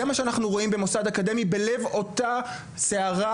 זה מה שאנחנו רואים במוסד אקדמי בלב אותה סערה